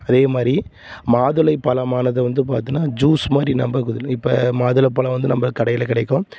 அதே மாதிரி மாதுளை பழம்மானது வந்து பார்த்தின்னா ஜூஸ் மாதிரி நம்ம இதில் இப்போ மாதுளைப் பழம் வந்து நம்ம கடையில் கிடைக்கும்